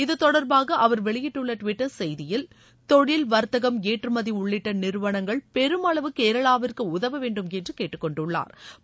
இதுதொடர்பாக அவர் வெளியிட்டுள்ள டுவிட்டர் செய்தியில் தொழில் வர்த்தகம் ஏற்றுமதி உள்ளிட்ட நிறுவனங்கள் பெருமளவு கேராளவிற்கு உதவவேண்டும் என்று கேட்டுக்கொண்டுள்ளாா்